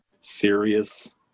serious